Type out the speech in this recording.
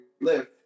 live